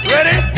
Ready